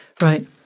Right